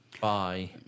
Bye